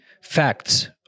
facts